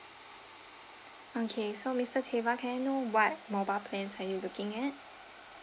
okay so mister deva can I know what mobile plan are you looking at